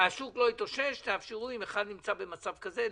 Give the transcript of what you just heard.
שהשוק לא התאושש ולאפשר למי שנמצא במצב כזה,